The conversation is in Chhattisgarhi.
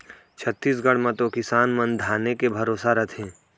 छत्तीसगढ़ म तो किसान मन धाने के भरोसा रथें